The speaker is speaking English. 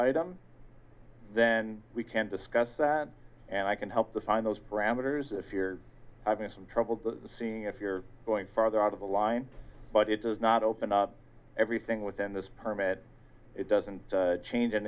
item then we can discuss that and i can help to find those parameters if you're having some trouble seeing if you're going farther out of the line but it does not open up everything within this permit it doesn't chang